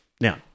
now